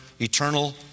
eternal